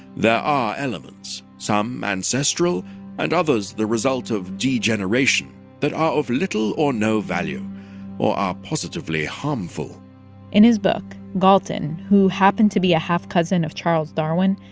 are elements some ancestral and others the result of degeneration that are of little or no value or are positively harmful in his book, galton, who happened to be a half-cousin of charles darwin,